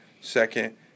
second